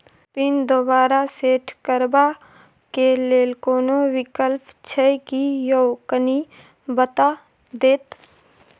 Pin दोबारा set करबा के लेल कोनो विकल्प छै की यो कनी बता देत?